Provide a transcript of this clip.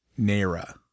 Naira